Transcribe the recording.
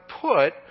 put